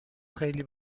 خیلی